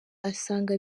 asanga